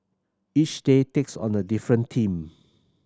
each day takes on the different team